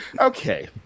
Okay